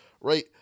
right